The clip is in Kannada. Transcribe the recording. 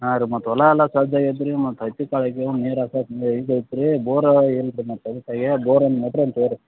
ಹಾಂ ರೀ ಮತ್ತು ತೊಲ ಎಲ ಮತ್ತು ಅಕ್ಕಿ ಕಾಳು ಬೋರವ ಇಲ್ಲ ರೀ ಮತ್ ಅದಕ್ಕೆ ಬೋರನ ಮತ್ರ್ ಒನ್ ತೊರೀ